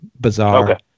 bizarre